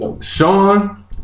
Sean